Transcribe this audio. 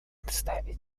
представителя